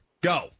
go